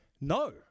no